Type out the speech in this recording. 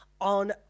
on